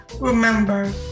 remember